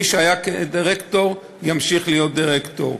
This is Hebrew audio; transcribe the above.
מי שהיה דירקטור ימשיך להיות דירקטור.